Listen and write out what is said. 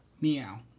Meow